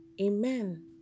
Amen